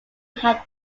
had